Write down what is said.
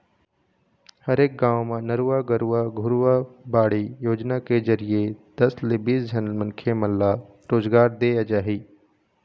हरेक गाँव म नरूवा, गरूवा, घुरूवा, बाड़ी योजना के जरिए दस ले बीस झन मनखे मन ल रोजगार देय जाही